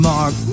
Mark